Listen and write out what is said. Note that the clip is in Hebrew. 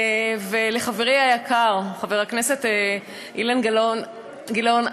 ולחברי היקר, חבר הכנסת אילון גילאון: